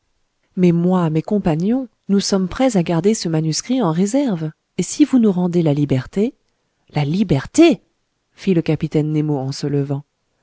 mais moi mes compagnons nous sommes prêts à garder ce manuscrit en réserve et si vous nous rendez la liberté la liberté fit le capitaine nemo se levant